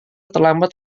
terlambat